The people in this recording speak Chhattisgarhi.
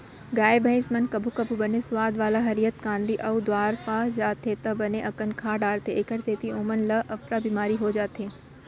गाय भईंस मन कभू कभू बने सुवाद वाला हरियर कांदी अउ दार पा जाथें त बने अकन खा डारथें एकर सेती ओमन ल अफरा बिमारी हो जाथे